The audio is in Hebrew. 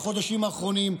והחודשים האחרונים,